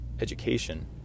education